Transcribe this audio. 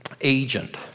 agent